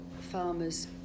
farmers